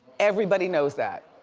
everybody knows that.